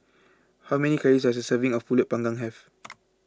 how many calories does a serving of Pulut Panggang have